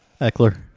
Eckler